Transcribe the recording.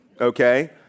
okay